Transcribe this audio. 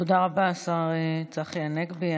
תודה רבה, השר צחי הנגבי.